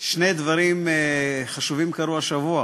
שני דברים חשובים קרו השבוע.